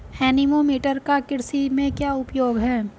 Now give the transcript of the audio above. Anemometer का कृषि में क्या उपयोग है?